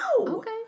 Okay